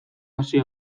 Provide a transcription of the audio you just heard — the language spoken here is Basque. hasi